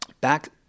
Back